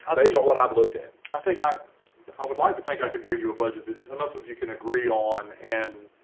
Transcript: based on what i've looked at, i think i i would like to think i could bring you a budget that enough of you can agree on and,